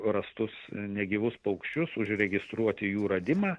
rastus negyvus paukščius užregistruoti jų radimą